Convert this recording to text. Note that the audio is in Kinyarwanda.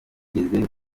bwigeze